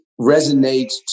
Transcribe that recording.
resonates